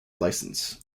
licence